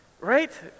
Right